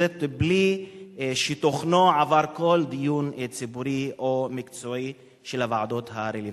בלי שתוכנו עבר כל דיון ציבורי או מקצועי של הוועדות הרלוונטיות.